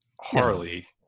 Harley